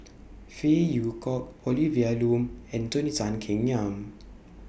Phey Yew Kok Olivia Lum and Tony Tan Keng Yam